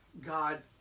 God